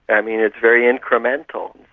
i mean, it's very incremental.